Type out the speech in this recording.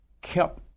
kept